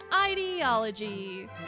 ideology